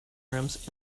rooms